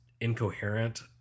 incoherent